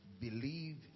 believe